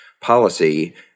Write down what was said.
policy